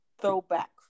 Throwback